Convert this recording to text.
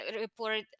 report